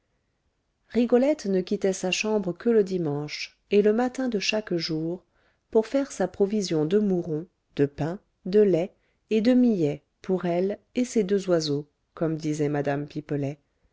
rigolette ne quittait sa chambre que le dimanche et le matin de chaque jour pour faire sa provision de mouron de pain de lait et de millet pour elle et ses deux oiseaux comme disait mme pipelet